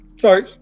sorry